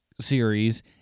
series